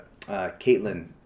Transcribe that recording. Caitlin